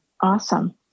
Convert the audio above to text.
Awesome